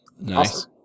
nice